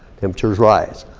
temperatures rise.